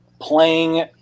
playing